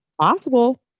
Possible